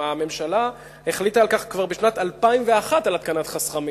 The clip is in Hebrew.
הממשלה החליטה כבר בשנת 2001 על התקנת חסכמים.